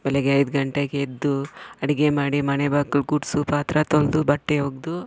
ಬೆಳಗ್ಗೆ ಐದು ಗಂಟೆಗೆ ಎದ್ದು ಅಡುಗೆ ಮಾಡಿ ಮನೆ ಬಾಗಿಲು ಗುಡಿಸು ಪಾತ್ರೆ ತೊಳೆದು ಬಟ್ಟೆ ಒಗೆದು